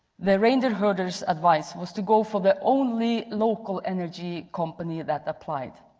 the reindeer herders advice was to go for the only local energy company that applied.